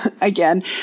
again